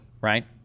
right